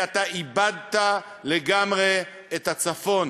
כי אתה איבדת לגמרי את הצפון.